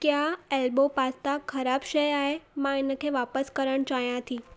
क्या elbow pasta ख़राब शइ आहे मां इन खे वापसि करणु चाहियां थी